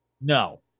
No